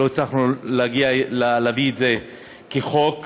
ולא הצלחנו להביא את זה כחוק.